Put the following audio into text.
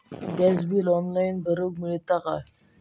Gas bill online भरुक मिळता काय?